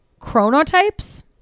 chronotypes